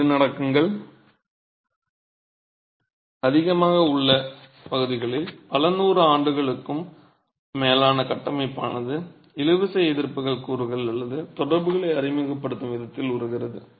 நிலநடுக்கங்கள் அதிகமாக உள்ள பகுதிகளில் பல நூறு ஆண்டுகளுக்கும் மேலான கட்டமைப்பானது இழுவிசை எதிர்ப்பு கூறுகள் அல்லது தொடர்புகளை அறிமுகப்படுத்தும் விதத்தில் உருவாகிறது